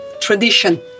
tradition